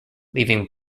leaving